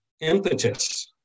impetus